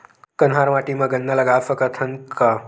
कन्हार माटी म गन्ना लगय सकथ न का?